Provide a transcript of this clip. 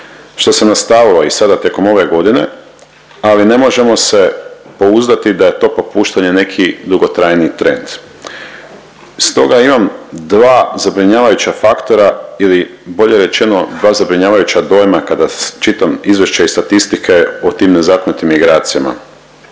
što se nastavilo i sada tijekom ove godine, ali ne možemo se poudati da je to popuštanje neki dugotrajniji trend. Stoga imam dva zabrinjavajuća faktora ili bolje rečeno dva zabrinjavajuća dojma kada čitam izvješća i statistike o tim nezakonitim migracijama.